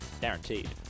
guaranteed